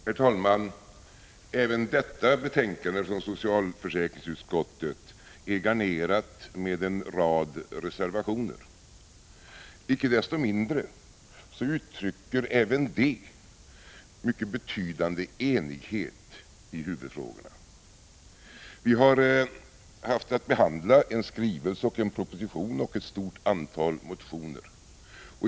Herr talman! Även detta betänkande från socialförsäkringsutskottet är garnerat med en rad reservationer. Icke desto mindre uttrycker även det mycket betydande enighet i huvudfrågorna. Vi har i utskottet haft att behandla en skrivelse, en proposition och ett stort antal motioner.